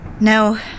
No